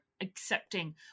accepting